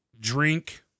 drink